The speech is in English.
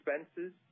expenses